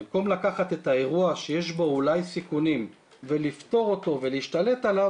במקום לקחת את האירוע שיש בו אולי סיכונים ולפתור אותו ולהשתלט עליו,